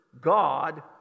God